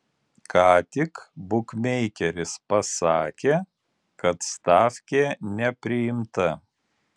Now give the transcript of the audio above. ką tik bukmeikeris pasakė kad stafkė nepriimta